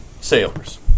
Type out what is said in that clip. Sailors